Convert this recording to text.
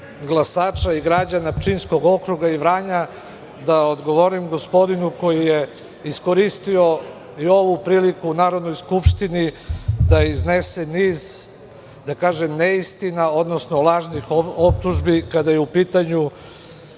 glasača i građana Pčinjskog okruga i Vranja da odgovorim gospodinu koji je iskoristio i ovu priliku u Narodnoj skupštini da iznese niz, da kažem, neistina, odnosno lažnih optužbi kada su u pitanju